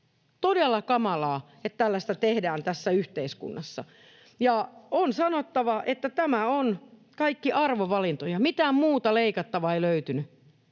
todella kamalaa, että tällaista tehdään tässä yhteiskunnassa, ja on sanottava, että nämä ovat kaikki arvovalintoja. Mitään muuta leikattavaa ei löytynyt.